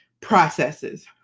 processes